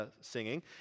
Singing